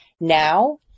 Now